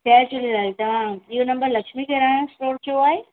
जय झूलेलाल तव्हां इहो नंबर लक्ष्मी किराणा स्टोर जो आहे